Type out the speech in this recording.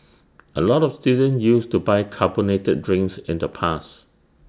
A lot of students used to buy carbonated drinks in the past